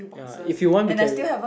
ya if you want we can